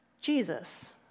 Jesus